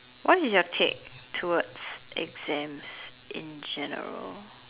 what you take towards exams in general